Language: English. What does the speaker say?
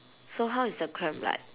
so how is the cramp like